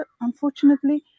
unfortunately